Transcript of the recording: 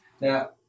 Now